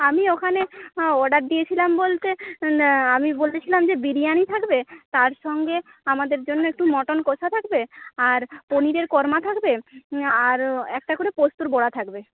আমি ওখানে অর্ডার দিয়েছিলাম বলতে আমি বলেছিলাম যে বিরিয়ানি থাকবে তার সঙ্গে আমাদের জন্য একটু মটন কষা থাকবে আর পনিরের কোর্মা থাকবে আর একটা করে পোস্তোর বড়া থাকবে